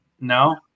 No